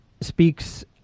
speaks